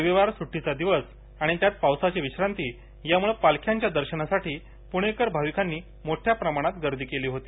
रविवार सुट्टीचा दिवस आणि त्यात पावसाची विश्रांती यामुळ पालख्याच्या दर्शनासाठी मोठ्या प्रमाणात गर्दी केल होती